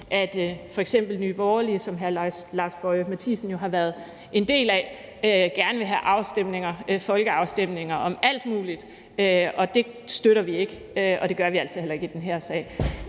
at f.eks. Nye Borgerlige, som hr. Lars Boje Mathiesen jo har været en del af, gerne vil have folkeafstemninger om alt muligt. Det støtter vi ikke, og det gør vi altså heller ikke i den her sag.